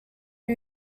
who